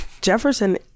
Jefferson